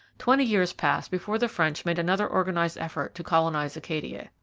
twenty years passed before the french made another organized effort to colonize acadia.